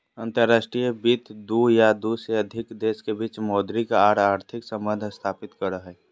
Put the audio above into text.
अंतर्राष्ट्रीय वित्त दू या दू से अधिक देश के बीच मौद्रिक आर आर्थिक सम्बंध स्थापित करो हय